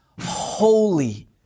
holy